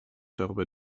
darüber